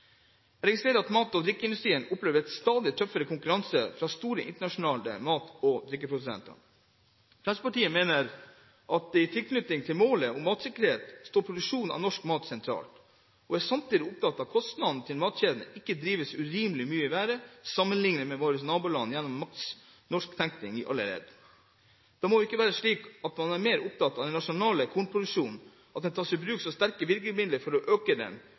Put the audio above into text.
Jeg registrerer at mat- og drikkeindustrien opplever en stadig tøffere konkurranse fra store internasjonale mat- og drikkeprodusenter. Fremskrittspartiet mener at i tilknytning til målet om matsikkerhet står produksjon av nok mat sentralt, og vi er samtidig opptatt av at kostnadene til matkjedene ikke drives urimelig mye i været sammenlignet med våre naboland gjennom en «maks-norskhetstenkning» i alle ledd. Det må ikke være slik at man er så opptatt av den nasjonale kornproduksjonen at man tar i bruk så sterke virkemidler for å øke den